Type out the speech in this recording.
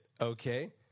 Okay